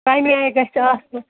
کَمہِ آیہِ گژھِ آسُن